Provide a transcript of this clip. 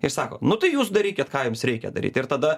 jie sako nu tai jūs darykit ką jums reikia daryt ir tada